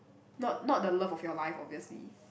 not not the love of your life obviously